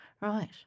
Right